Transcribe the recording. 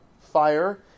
fire